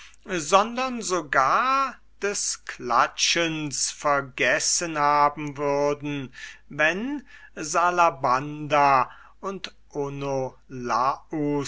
sondern sogar des klatschens vergessen haben würden wenn salabanda und